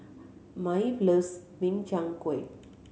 Maeve loves Min Chiang Kueh